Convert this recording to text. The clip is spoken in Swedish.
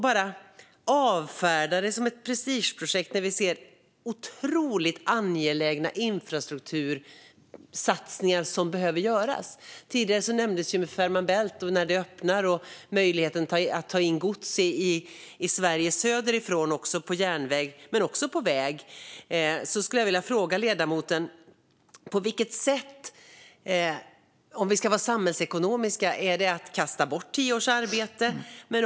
Här avfärdas det bara som ett prestigeprojekt. Vi ser samtidigt att otroligt angelägna infrastruktursatsningar behöver göras. Tidigare nämndes Fehmarn Bält och möjligheten att när den öppnar ta in gods i Sverige söderifrån på järnväg men också på väg. Jag vill fråga ledamoten: På vilket sätt är det samhällsekonomiskt att kasta bort tio års arbete?